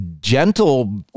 gentle